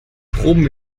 proben